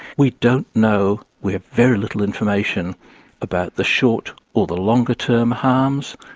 we don't know, we have very little information about the short or the longer term harms.